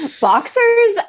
boxers